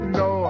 no